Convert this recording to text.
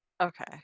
Okay